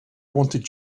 wanted